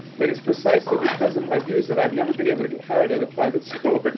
but it's precisely because of my views that i've never been able to get hired at a private school,